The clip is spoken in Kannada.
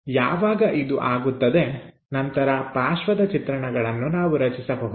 ಯಾವಾಗ ಇದು ಆಗುತ್ತದೆ ನಂತರ ಪಾರ್ಶ್ವದ ಚಿತ್ರಣಗಳನ್ನು ನಾವು ರಚಿಸಬಹುದು